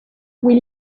will